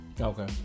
Okay